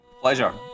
Pleasure